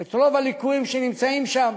את רוב הליקויים שנמצאים שם,